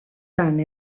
tant